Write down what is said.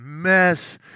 mess